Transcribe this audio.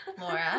Laura